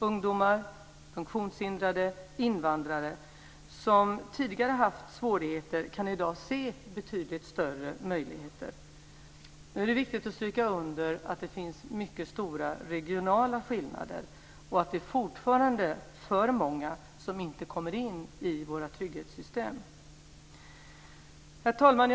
Ungdomar, funktionshindrade och invandrare som tidigare har haft svårigheter kan i dag se betydligt större möjligheter. Nu är det viktigt att stryka under att det finns mycket stora regionala skillnader och att det fortfarande är för många som inte kommer in i våra trygghetssystem. Herr talman!